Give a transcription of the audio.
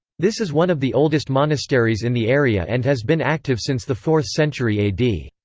this is one of the oldest monasteries in the area and has been active since the fourth century a d.